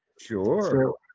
Sure